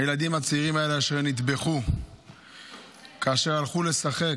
הילדים הצעירים האלה נטבחו כאשר הלכו לשחק.